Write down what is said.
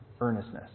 earnestness